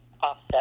offset